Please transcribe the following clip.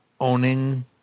owning